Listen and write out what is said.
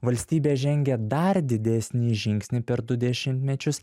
valstybė žengė dar didesnį žingsnį per du dešimtmečius